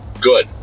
good